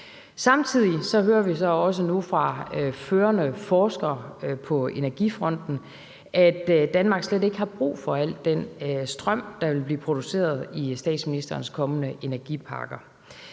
Samtidig hører vi så også nu fra førende forskere på energifronten, at Danmark slet ikke har brug for al den strøm, der vil blive produceret i statsministerens kommende energiparker.